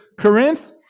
Corinth